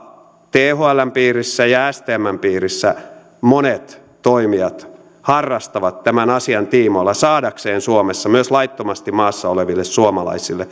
thln piirissä ja stmn piirissä monet toimijat harrastavat tämän asian tiimoilla saadakseen suomessa myös laittomasti maassa oleville suomalaisille